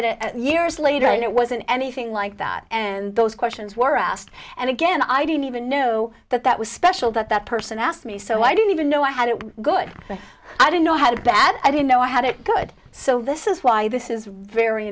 it years later and it wasn't anything like that and those questions were asked and again i didn't even know that that was special that that person asked me so i didn't even know i had it good i don't know how bad i didn't know i had it good so this is why this is